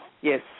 Yes